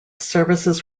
services